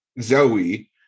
Zoe